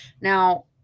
Now